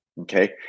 Okay